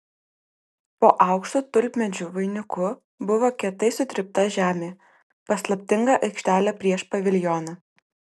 po aukštu tulpmedžių vainiku buvo kietai sutrypta žemė paslaptinga aikštelė prieš paviljoną